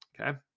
Okay